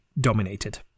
dominated